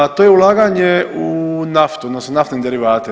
To je ulaganje u naftu odnosno naftne derivate.